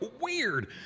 weird